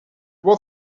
was